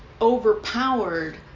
overpowered